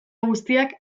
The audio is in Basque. guztiak